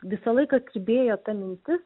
visą laiką kirbėjo ta mintis